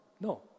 No